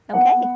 Okay